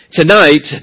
tonight